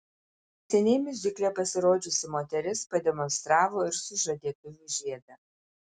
neseniai miuzikle pasirodžiusi moteris pademonstravo ir sužadėtuvių žiedą